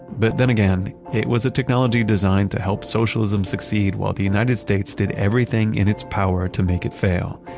but then again, it was a technology designed to help socialism succeed while the united states did everything in its power to make it fail.